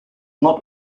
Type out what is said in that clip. not